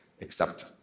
accept